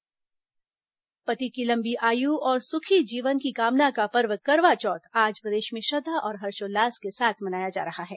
करवा चौथ पति की लंबी आयु और सुखी जीवन की कामना का पर्व करवा चौथ आज प्रदेश में श्रद्धा और हर्षोल्लास के साथ मनाया जा रहा है